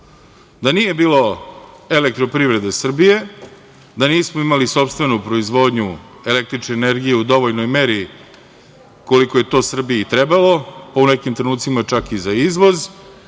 Da nije bilo EPS, da nismo imali sopstvenu proizvodnju električne energije u dovoljnoj meri, koliko je to Srbiji trebalo, a u nekim trenucima čak i za izvoz,